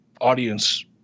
audience